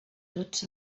tots